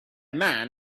man